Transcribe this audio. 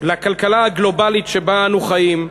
לכלכלה הגלובלית שבה אנו חיים,